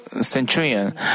centurion